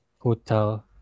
hotel